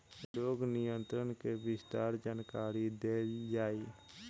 रोग नियंत्रण के विस्तार जानकरी देल जाई?